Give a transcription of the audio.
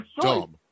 dumb